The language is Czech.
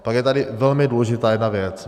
Pak je tady velmi důležitá jedna věc.